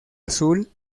azul